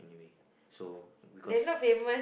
so beacause